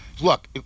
Look